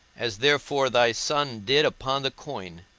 as therefore thy son did upon the coin,